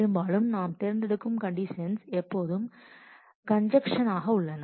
பெரும்பாலும் நாம் தேர்ந்தெடுக்கும் கண்டிஷன்ஸ் எப்போதும் கான்ஜுக்ஷன் ஆக உள்ளன